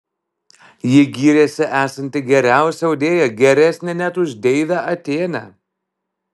ji gyrėsi esanti geriausia audėja geresnė net už deivę atėnę